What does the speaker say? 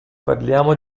parliamo